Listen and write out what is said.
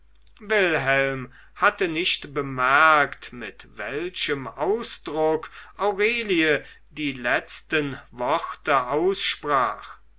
wilhelm hatte nicht bemerkt mit welchem ausdruck aurelie die letzten worte aussprach